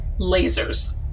lasers